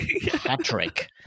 Patrick